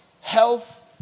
health